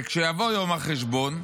וכשיבוא יום החשבון,